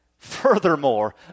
Furthermore